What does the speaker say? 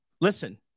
Listen